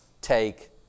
take